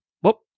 whoop